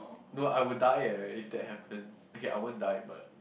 no I will die eh if that happens okay I won't die but